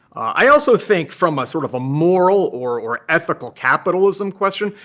i also think, from a sort of a moral or or ethical capitalism question,